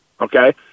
Okay